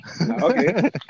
Okay